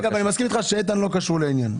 אני מסכים אתך שאיתן כהן לא קשור לעניין.